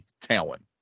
talent